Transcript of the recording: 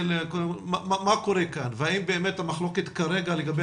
מה קורה והאם באמת המחלוקת כרגע לגבי